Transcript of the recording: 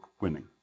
winning